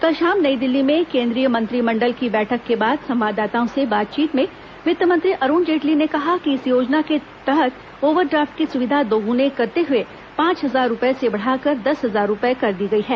कल शाम नई दिल्ली में केंद्रीय मंत्रिमंडल की बैठक के बाद संवाददाताओं से बातचीत में वित्त मंत्री अरुण जेटली ने कहा कि इस योजना के अंतर्गत ओवरड्राफ्ट की सुविधा दोगुनी करते हुए पांच हजार रुपये से बढ़ाकर दस हजार रुपये कर दी गई है